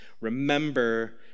remember